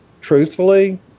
truthfully